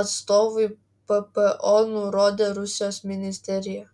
atstovui ppo nurodė rusijos ministerija